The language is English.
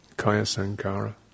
kaya-sankara